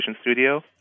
Studio